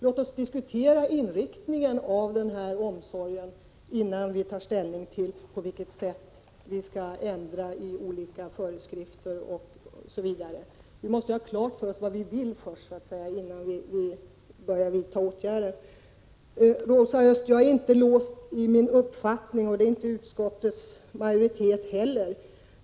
Låt oss diskutera inriktningen av den här omsorgen innan vi tar ställning till på vilket sätt vi skall ändra i olika föreskrifter o. d. Vi måste ha klart för oss vad vi vill innan vi börjar vidta några åtgärder. Till Rosa Östh: Jag är inte låst i min uppfattning, och det är inte utskottsmajoriteten heller.